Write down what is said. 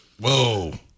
whoa